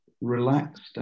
relaxed